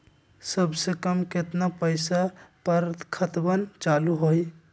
सबसे कम केतना पईसा पर खतवन चालु होई?